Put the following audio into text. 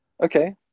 Okay